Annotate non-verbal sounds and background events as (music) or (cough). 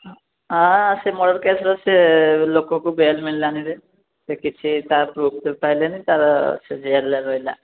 ସେ ମର୍ଡ଼ର୍ କେସ୍ର ସିଏ ଲୋକକୁ ବେଲ୍ ମିଳିଲାନିରେ ସେ କିଛି ତାର ଯେଉଁ (unintelligible) ପାଇଲେଣି ସେ ଜେଲ୍ରେ ରହିଲା